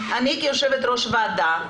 אני כיו"ר ועדה,